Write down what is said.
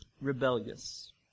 rebellious